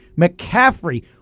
McCaffrey